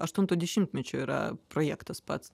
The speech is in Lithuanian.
aštunto dešimtmečio yra projektas pats